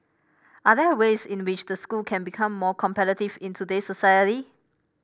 are there ways in which the school can become more competitive in today's society